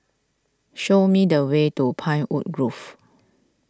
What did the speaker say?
show me the way to Pinewood Grove